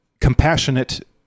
compassionate